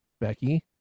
Becky